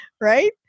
Right